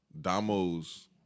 Damo's